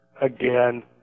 again